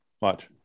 watch